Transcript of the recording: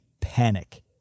panic